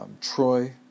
Troy